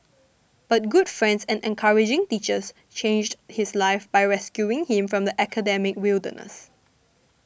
but good friends and encouraging teachers changed his life by rescuing him from the academic wilderness